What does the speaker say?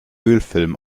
ölfilm